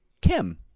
Kim